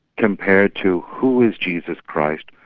compare to who is jesus christ,